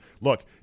Look